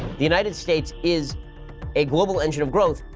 the united states is a global engine of growth,